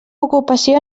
ocupació